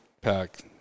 pack